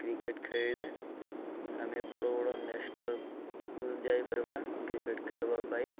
cricket ଖେଳିଲେ ଆମେ ବଡ଼ ବଡ଼ ନ୍ୟାସନାଲ୍କୁ ଯାଇପାରିବା କ୍ରିକେଟ୍ ଖେଳିବା ପାଇଁ